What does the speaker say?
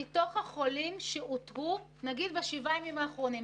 מתוך החולים שאותרו בשבוע האחרון,